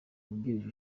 wungirije